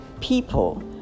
people